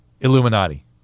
Illuminati